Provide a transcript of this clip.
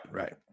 right